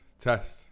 test